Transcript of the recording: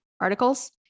articles